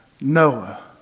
Noah